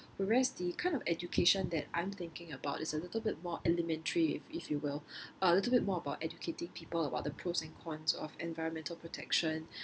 whereas the kind of education that I'm thinking about is a little bit more elementary if if you will a little bit more about educating people about the pros and cons of environmental protection